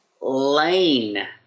Lane